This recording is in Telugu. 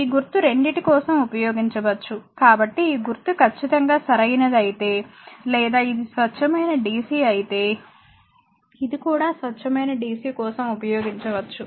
ఈ గుర్తు రెండిటి కోసం ఉపయోగించవచ్చు కాబట్టి ఈ గుర్తు ఖచ్చితంగా సరైనది అయితే లేదా ఇది స్వచ్ఛమైన dc అయితే ఇది కూడా స్వచ్ఛమైన dc కోసం ఉపయోగించవచ్చు